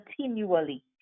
continually